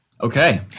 Okay